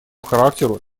характеру